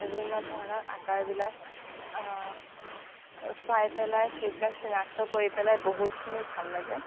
বিভিন্ন ধৰণৰ আকাৰবিলাক চাই পেলাই সেইবিলাক চিনাক্ত কৰি পেলাই বহুতখিনি ভাল লাগে